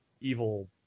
evil